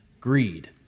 greed